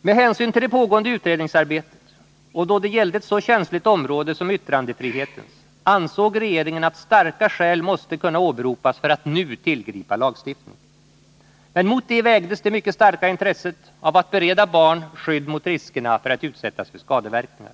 Med hänsyn till det pågående utredningsarbetet och då det gällde ett så känsligt område som yttrandefrihetens, ansåg regeringen att starka skäl måste kunna åberopas för att nu tillgripa lagstiftning. Men mot det vägdes det mycket starka intresset av att bereda barn skydd mot riskerna att utsättas för skadeverkningar.